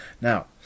Now